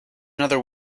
another